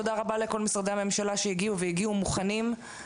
תודה לכל משרדי הממשלה שהגיעו והגיעו מוכנים.